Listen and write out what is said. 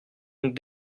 donc